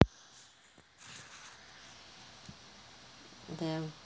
damn